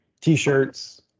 t-shirts